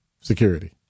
security